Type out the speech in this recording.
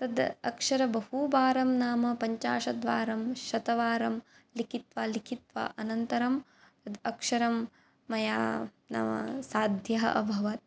तदक्षरं बहूबारं नाम पञ्चाशत्वारं शतवारं लिखित्वा लिखित्वा अनन्तरं तदक्षरं मया नाम साध्यः अभवत्